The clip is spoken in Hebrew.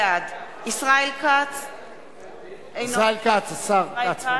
בעד ישראל כץ, ישראל כץ, השר כץ?